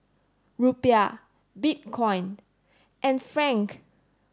rupiah bitcoin and franc